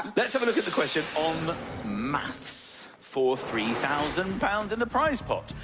let's have a look at the question on maths for three thousand pounds in the prize pot.